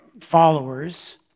followers